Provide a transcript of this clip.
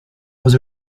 was